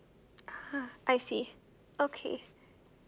ah I see okay